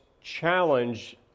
challenge